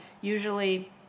usually